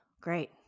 Great